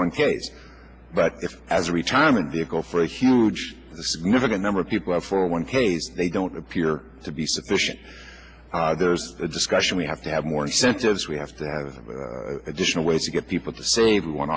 one case but it's as a retirement vehicle for a huge significant number of people or for one k s they don't appear to be sufficient there's a discussion we have to have more incentives we have to have additional ways to get people to save one